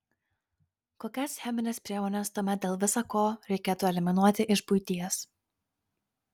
kokias chemines priemones tuomet dėl visa ko reikėtų eliminuoti iš buities